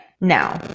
Now